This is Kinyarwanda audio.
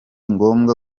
ngombwa